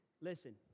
Listen